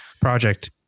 Project